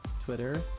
Twitter